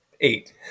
Eight